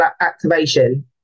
activation